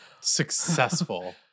successful